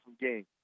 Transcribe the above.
game